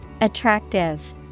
Attractive